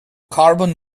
carbon